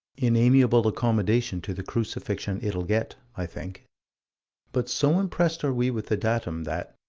in amiable accommodation to the crucifixion it'll get, i think but so impressed are we with the datum that,